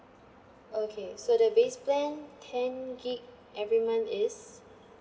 okay so the base plan ten GIG every month is